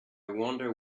wonder